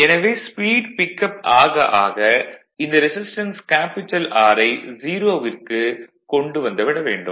எனவே speed pick up ஆக ஆக இந்த ரெசிஸ்டன்ஸ் R ஐ 0 விற்கு கொண்டு வந்து விட வேண்டும்